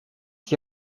s’y